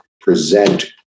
present